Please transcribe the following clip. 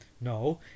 No